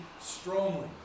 strongly